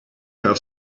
have